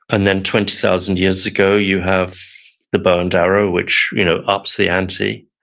and then twenty thousand years ago you have the bow and arrow which you know ups the ante.